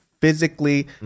physically